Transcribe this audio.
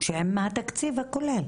שהן מהתקציב הכולל